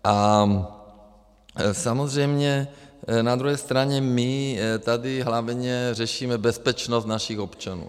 A samozřejmě na druhé straně my tady hlavně řešíme bezpečnost našich občanů.